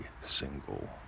single